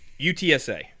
UTSA